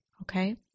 Okay